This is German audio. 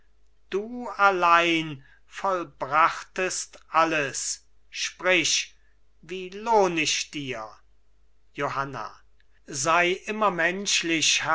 du allein vollbrachtest alles sprich wie lohn ich dir johanna sei immer menschlich